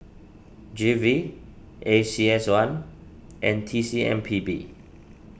G V A C S one and T C M P B